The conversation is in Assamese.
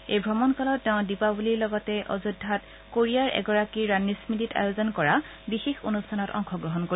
এই ভ্ৰমণ কালত তেওঁ দীপাবলীৰ লগতে অযোধ্যাত কোৰিয়াৰ এগৰাকী ৰাণীৰ স্মৃতিত আয়োজন কৰা বিশেষ অনুষ্ঠানত অংশগ্ৰহণ কৰিব